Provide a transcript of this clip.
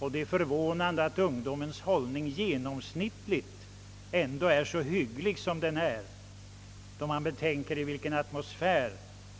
Med tanke på vilken atmosfär de kastats in i är det förvånande att ungdomens hållning genomsnittligt ändå är så hygglig. Herr talman!